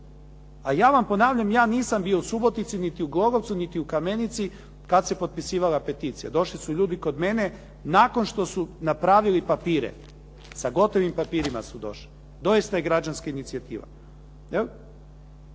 A ja vam ponavljam, ja nisam bio u Subotici, niti u Glogovcu, niti u Kamenici kad se potpisivala peticija. Došli su ljudi kod mene nakon što su napravili papire. Sa gotovom papirima su došli. Doista je građanska inicijativa.